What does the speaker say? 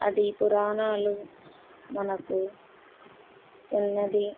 అది పురాణాలు మనకు సున్నది